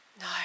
No